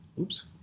Oops